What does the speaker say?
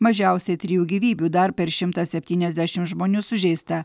mažiausiai trijų gyvybių dar per šimtą septyniasdešim žmonių sužeista